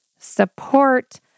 support